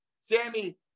Sammy